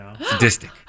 Sadistic